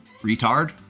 Retard